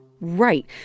Right